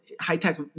high-tech